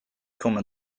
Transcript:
komma